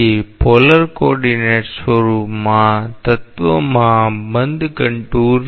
તેથી પોલર કોઓર્ડિનેટ્સસ્વરૂપમાં તત્વમાં બંધ કન્ટુર